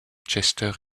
chester